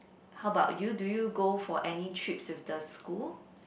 how about you do you go for any trips with the school